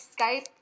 Skype